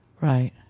Right